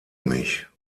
mich